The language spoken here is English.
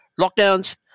lockdowns